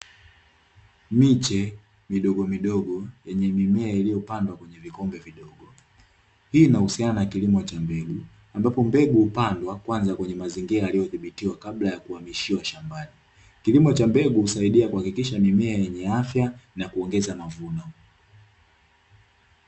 Miche midogomidogo yenye mimea iliyopandwa kwenye vikombe vidogo. Hii inahusiana na kilimo cha mbegu ambapo mbegu hupandwa kwenye mazingira yaliyodhibitiwa kabla ya kuhamishiwa shambani. Kilimo cha mbegu husaidia kuhakikisha mimea yenye afya na kuongeza mavuno.